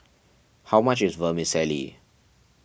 how much is Vermicelli